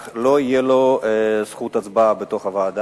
אך לא תהיה לו זכות הצבעה בוועדה.